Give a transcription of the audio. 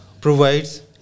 provides